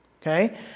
okay